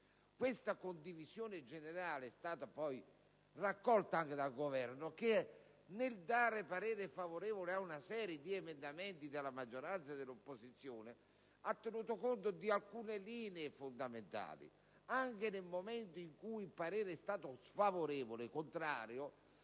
Tale condivisione generale è stata poi raccolta anche dal Governo che, nel dare parere favorevole ad una serie di emendamenti della maggioranza e dell'opposizione, ha tenuto conto di alcune linee fondamentali. Anche nel momento in cui il parere è stato contrario,